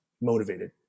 motivated